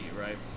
right